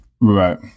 Right